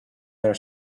their